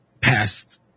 past